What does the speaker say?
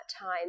time